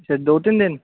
ਅੱਛਾ ਦੋ ਤਿੰਨ ਦਿਨ